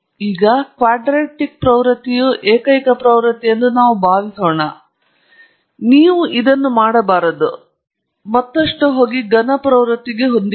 ಈಗ ಕ್ವಾಡಟಿಕ್ ಪ್ರವೃತ್ತಿಯು ಏಕೈಕ ಪ್ರವೃತ್ತಿಯೆಂದು ನಾವು ಭಾವಿಸೋಣ ಆದರೆ ನೀವು ಇದನ್ನು ಮಾಡಬಾರದು ಮತ್ತಷ್ಟು ಹೋಗಿ ಘನ ಪ್ರವೃತ್ತಿಗೆ ಹೊಂದಿಕೊಳ್ಳಿ